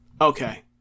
okay